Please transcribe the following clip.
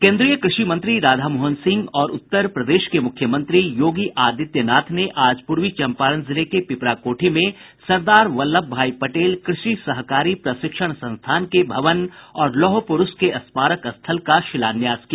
केन्द्रीय कृषि मंत्री राधामोहन सिंह और उत्तर प्रदेश के मुख्यमेत्री योगी आदित्य नाथ ने आज पूर्वी चम्पारण जिले के पिपराकोठी में सरदार वल्लभ भाई पटेल कृषि सहकारी प्रशिक्षण संस्थान के भवन और लौह पुरूष के स्मारक स्थल का शिलान्यास किया